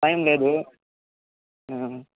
time లేదు